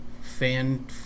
Fan